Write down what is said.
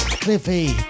Cliffy